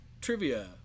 trivia